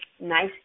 nice